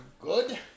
Good